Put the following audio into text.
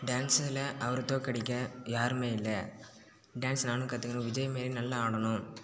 டான்ஸ்ல அவரை தோற்கடிக்க யாருமே இல்லை டான்ஸ் நானும் கற்றுக்கிறேன் விஜய்மாரி நல்லா ஆடணும்